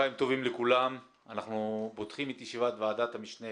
אנחנו פותחים את ישיבת ועדת המשנה